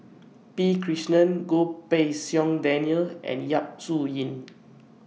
P Krishnan Goh Pei Siong Daniel and Yap Su Yin